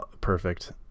perfect